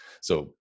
So-